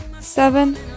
seven